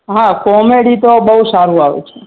હા કોમેડી તો બહુ સારું આવે છે